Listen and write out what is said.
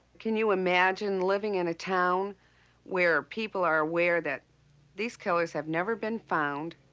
can you imagine living in a town where people are aware that these killers have never been found.